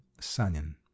sanin